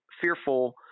fearful